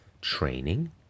training